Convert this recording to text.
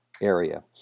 area